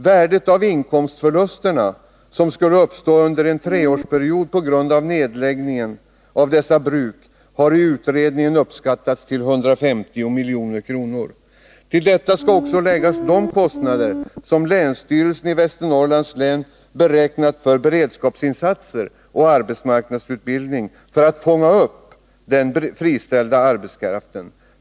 Värdet av de inkomstförluster som skulle uppstå under en treårsperiod på grund av nedläggningen av dessa bruk har i utredningen uppskattats till 150 milj.kr. Till detta skall också läggas de kostnader som länsstyrelsen i Västernorrlands län beräknat för beredskapsinsatser och arbetsmarknadsutbildning för att fånga upp den friställda arbetskraften.